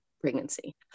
pregnancy